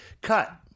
Cut